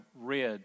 read